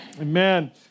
Amen